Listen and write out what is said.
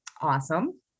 Awesome